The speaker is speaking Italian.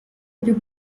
più